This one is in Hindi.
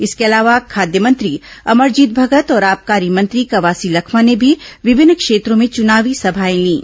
इसके अलावा खाद्य मंत्री अमरजीत भगत और आबकारी मंत्री कवासी लखमा ने भी विभिन्न क्षेत्रों में चुनावी सभाएं लीं